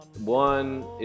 One